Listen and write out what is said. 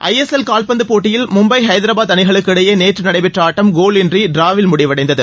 ISL கால்பந்து போட்டியில் மும்பை ஹைதராபாத் அணிகளுக்கு இடையே நேற்று நடைபெற்ற ஆட்டம் கோல் இன்றி ட்ராவில் முடிவடைந்தது